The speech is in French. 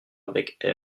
avec